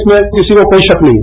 इसमें किसी को कोई शक नहीं है